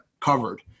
covered